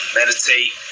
meditate